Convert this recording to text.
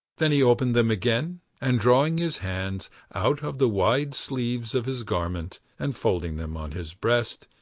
then he opened them again, and drawing his hands out of the wide sleeves of his garment, and folding them on his breast,